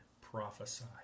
prophesy